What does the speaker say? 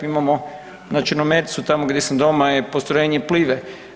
Imamo na Črnomercu tamo gdje sam doma je postrojenje Plive.